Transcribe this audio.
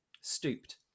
stooped